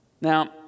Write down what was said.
Now